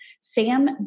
Sam